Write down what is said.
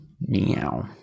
Meow